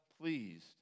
pleased